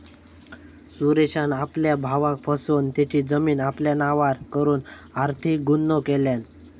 सुरेशान आपल्या भावाक फसवन तेची जमीन आपल्या नावार करून आर्थिक गुन्हो केल्यान